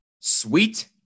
Sweet